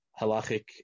halachic